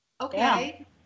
Okay